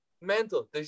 Mental